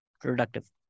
productive